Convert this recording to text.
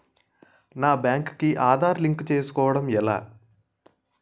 నా బ్యాంక్ కి ఆధార్ లింక్ చేసుకోవడం ఎలా?